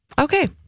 Okay